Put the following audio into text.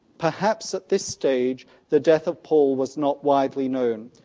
perhaps at this stage the death of paul was not widely known.